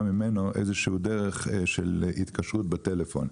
ממנו איזו שהיא דרך של התקשרות בטלפון,